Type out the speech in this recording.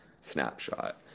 snapshot